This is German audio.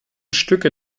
stücke